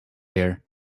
here